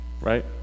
right